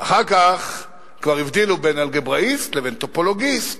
אחר כך כבר הבדילו בין אלגבריסט לבין טופולוגיסט,